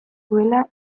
zuela